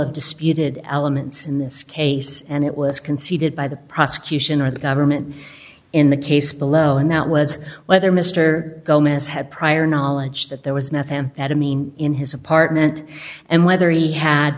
of disputed elements in this case and it was conceded by the prosecution or the government in the case below and that was whether mr gomes had prior knowledge that there was methamphetamine in his apartment and whether he had